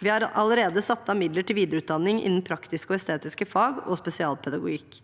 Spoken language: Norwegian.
Vi har allerede satt av midler til videreutdanning innen praktiske og estetiske fag og spesialpedagogikk.